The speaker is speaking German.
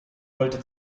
wolle